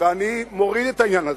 ואני מוריד את העניין הזה.